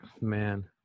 man